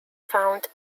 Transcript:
found